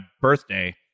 birthday